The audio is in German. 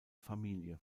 familie